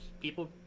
people